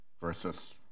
versus